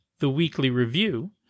theweeklyreview